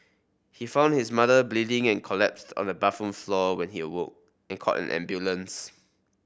he found his mother bleeding and collapsed on the bathroom floor when he awoke and called an ambulance